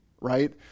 right